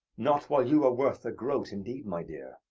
not while you are worth a groat, indeed, my dear.